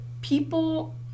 people